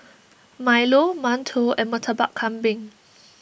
Milo Mantou and Murtabak Kambing